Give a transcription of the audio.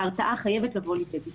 ההרתעה חייבת לבוא לידי ביטוי.